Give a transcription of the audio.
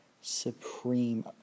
supreme